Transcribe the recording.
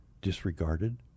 disregarded